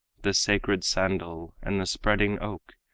the sacred sandal and the spreading oak,